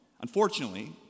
Unfortunately